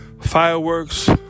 fireworks